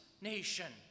nation